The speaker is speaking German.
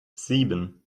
sieben